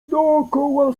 dookoła